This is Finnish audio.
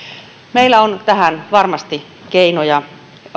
meillä on tähän varmasti keinoja